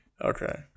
Okay